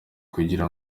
kugira